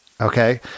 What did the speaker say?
Okay